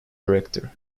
director